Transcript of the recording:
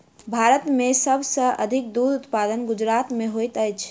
भारत में सब सॅ अधिक दूध उत्पादन गुजरात में होइत अछि